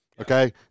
okay